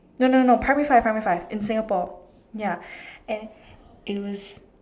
no no no primary five primary five in Singapore ya and it was